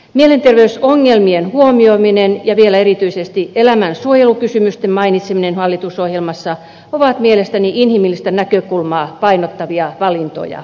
mielenterveysongelmien huomioiminen ja vielä erityisesti elämänsuojelukysymysten mainitseminen hallitusohjelmassa ovat mielestäni inhimillistä näkökulmaa painottavia valintoja